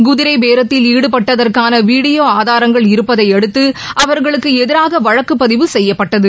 குதிரைபேரத்தில் ஈடுபட்டதற்கான வீடியோ ஆதாரங்கள் இருப்பதை அடுத்து அவர்களுக்கு எதிராக வழக்குப்பதிவு செய்யப்பட்டது